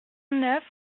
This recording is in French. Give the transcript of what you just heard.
neuf